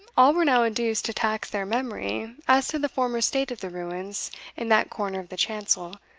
all were now induced to tax their memory as to the former state of the ruins in that corner of the chancel,